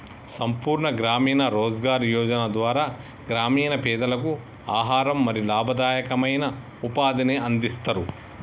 సంపూర్ణ గ్రామీణ రోజ్గార్ యోజన ద్వారా గ్రామీణ పేదలకు ఆహారం మరియు లాభదాయకమైన ఉపాధిని అందిస్తరు